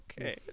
okay